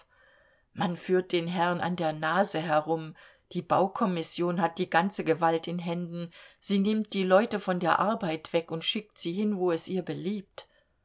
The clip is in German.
man führt den herrn an der nase herum die baukommission hat die ganze gewalt in händen sie nimmt die leute von der arbeit weg und schickt sie hin wohin es ihr beliebt